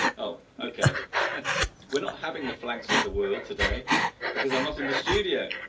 oh okay we're not having the flags of the world today because i'm not in the studio